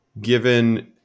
given